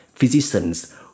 Physicians